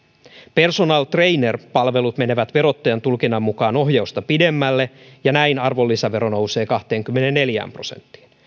personal trainer palvelut menevät verottajan tulkinnan mukaan ohjausta pidemmälle ja näin arvonlisävero nousee kahteenkymmeneenneljään prosenttiin